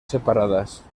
separadas